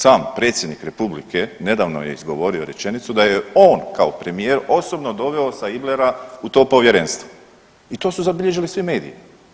Sam predsjednik republike nedavno je izgovorio rečenicu da ju je on kao premijer osobno doveo sa Iblera u to povjerenstvo i to su zabilježili svi mediji.